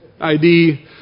ID